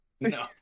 No